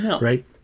right